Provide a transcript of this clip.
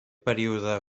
període